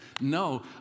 no